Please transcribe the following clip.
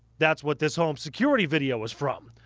that's what this home security video is from.